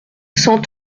cent